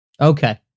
Okay